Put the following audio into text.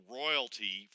royalty